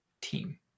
team